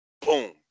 boom